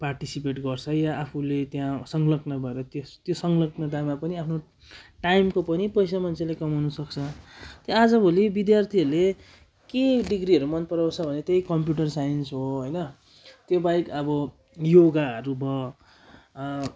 participate गर्छ या आफूले त्यहाँ संलग्न भएर त्यो संग्लग्नतामा पनि आफ्नो टाइमको पनि पैसा मान्छेले कमाउन सक्छ त्यो आजभोलि विद्यार्थीहरूले के डिग्रीहरू मन पराउँछ भने त्यही कम्प्युटर साइन्स हो होइन त्यो बाहेक अब योगाहरू भ